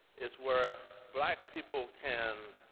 is where black people can